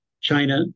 China